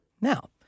Now